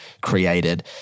created